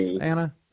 Anna